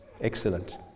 Excellent